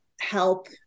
help